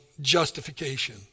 justification